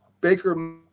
Baker